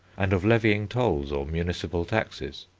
and of levying tolls or municipal taxes.